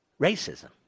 Racism